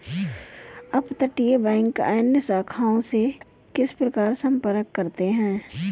अपतटीय बैंक अन्य शाखाओं से किस प्रकार संपर्क करते हैं?